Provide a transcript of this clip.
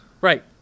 Right